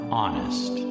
honest